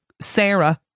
Sarah